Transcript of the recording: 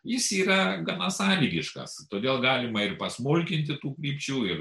jis yra gana sąlygiškas todėl galima ir pasmulkinti tų krypčių ir